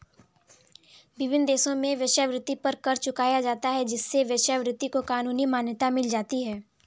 विभिन्न देशों में वेश्यावृत्ति पर कर चुकाया जाता है जिससे वेश्यावृत्ति को कानूनी मान्यता मिल जाती है